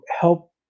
help